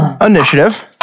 Initiative